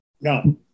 No